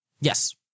Yes